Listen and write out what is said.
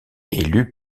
élu